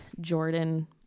Jordan